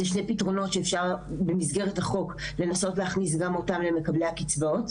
זה שני פתרונות שאפשר במסגרת החוק לנסות להכניס גם אותם למקבלי הקצבאות.